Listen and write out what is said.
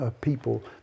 people